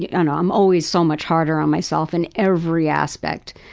you know i'm always so much harder on myself in every aspect.